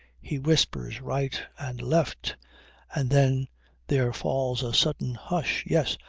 he whispers right and left and then there falls a sudden hush. yes,